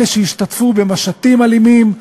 אלה שהשתתפו במשטים אלימים,